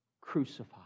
crucified